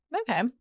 okay